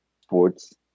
sports